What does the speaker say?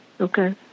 Okay